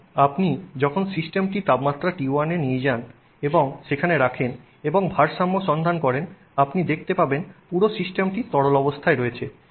সুতরাং আপনি যখন সিস্টেমটি তাপমাত্রা T1 তে নিয়ে যান এবং সেখানে রাখেন এবং ভারসাম্য সন্ধান করেন আপনি দেখতে পাবেন পুরো সিস্টেমটি তরল অবস্থায় রয়েছে